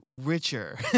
richer